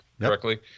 correctly